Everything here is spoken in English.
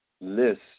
list